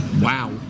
Wow